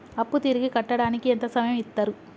అప్పు తిరిగి కట్టడానికి ఎంత సమయం ఇత్తరు?